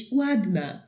ładna